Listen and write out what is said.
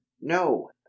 no